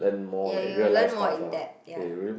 ya you will learn more in depth ya